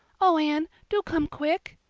oh, anne, do come quick,